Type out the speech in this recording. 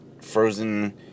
frozen